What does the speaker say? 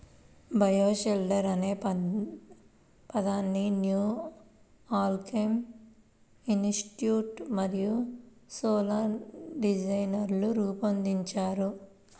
bioshelter అనే పదాన్ని new alchemy institute మరియు సోలార్ డిజైనర్లు రూపొందించారు